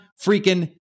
freaking